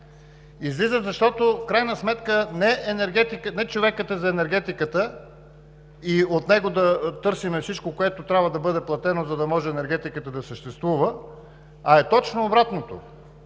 Излизат, защото в крайна сметка не човекът е за енергетиката и от него да търсим всичко, което трябва да бъде платено, за да може енергетиката да съществува, а е точно обратното